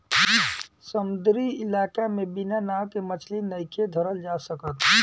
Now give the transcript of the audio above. समुंद्री इलाका में बिना नाव के मछली नइखे धरल जा सकत